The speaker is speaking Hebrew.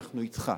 אנחנו אתך.